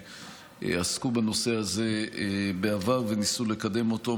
שעסקו בנושא הזה בעבר וניסו לקדם אותו,